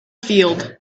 field